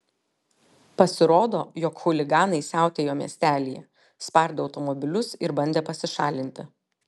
pasirodo jog chuliganai siautėjo miestelyje spardė automobilius ir bandė pasišalinti